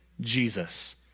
Jesus